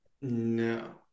No